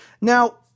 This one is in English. Now